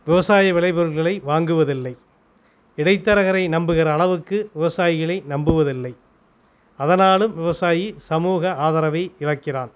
விவசாயி விலை பொருட்களை வாங்குவதில்லை இடைத்தரகரை நம்புகிற அளவுக்கு விவசாயிகளை நம்புவதில்லை அதனாலும் விவசாயி சமூக ஆதரவை இழக்கிறான்